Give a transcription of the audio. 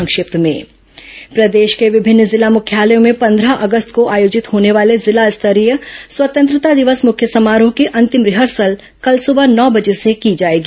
संक्षिप्त समाचार प्रदेश के विभिन्न जिला मुख्यालयों में पन्द्रह अगस्त को आयोजित होने वाले जिला स्तरीय स्वतंत्रता दिवस मुख्य समारोह की अंतिम रिहर्सल कल सुबह नौ बजे से की जाएगी